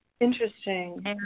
Interesting